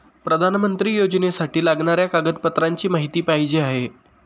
पंतप्रधान योजनेसाठी लागणाऱ्या कागदपत्रांची माहिती पाहिजे आहे